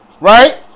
right